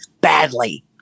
badly